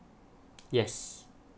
yes